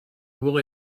will